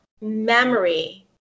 memory